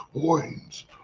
coins